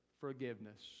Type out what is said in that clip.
forgiveness